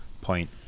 point